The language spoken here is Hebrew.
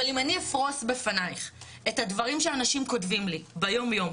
אבל אם אני אפרוס בפניך את הדברים שאנשים כותבים לי ביום יום,